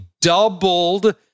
doubled